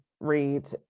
read